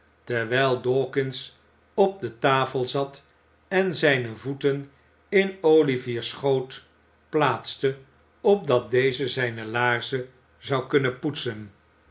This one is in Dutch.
terwijl dawkins op de tafel zat en zijne voeten in olivier's schoot plaatste opdat deze zijne laarzen zou kunnen poetsen